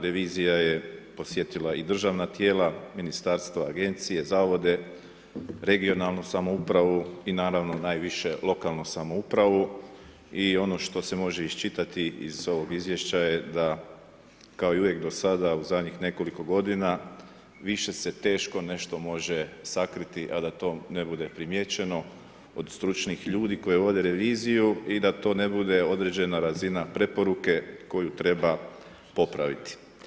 Revizija je posjetila i državna tijela, ministarstva, agencije, zavode, regionalnu samoupravu i naravno, najviše lokalnu samoupravu i ono što se može iščitati iz ovog izvješća je da kao i uvijek do sada u zadnjih nekoliko godina više se teško nešto može sakriti, a da to ne bude primijećeno od stručnih ljudi koji vode reviziju i da to ne bude određena razina preporuke koju treba popraviti.